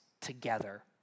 together